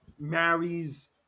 marries